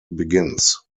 begins